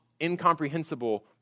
incomprehensible